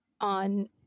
on